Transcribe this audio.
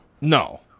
No